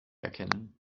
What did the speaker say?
erkennen